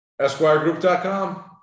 esquiregroup.com